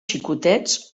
xicotets